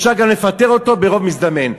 אפשר גם לפטר אותו ברוב מזדמן,